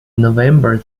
november